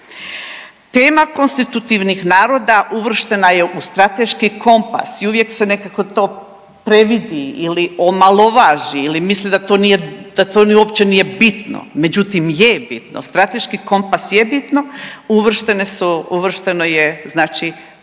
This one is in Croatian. Tema konstitutivnih naroda uvršten je u strateški kompas i uvijek se nekako to previdi ili omalovaži ili misli da to nije uopće bitno. Međutim, je bitno. Strateški kompas je bitno. Uvršteno je znači